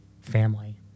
family